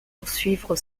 poursuivre